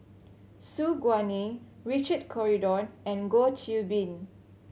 Su Guaning Richard Corridon and Goh Qiu Bin